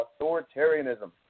authoritarianism